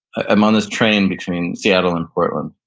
i'm on this train between seattle and portland,